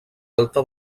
alta